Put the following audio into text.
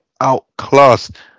outclassed